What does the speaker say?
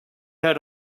had